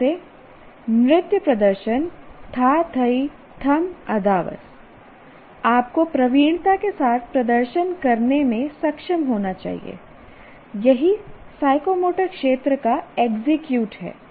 जैसे नृत्य प्रदर्शन था थाई थम अदावस आपको प्रवीणता के साथ प्रदर्शन करने में सक्षम होना चाहिए यही साइकोमोटर क्षेत्र का एग्जीक्यूट है